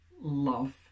love